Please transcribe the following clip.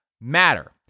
matter